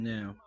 Now